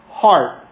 heart